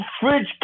fridge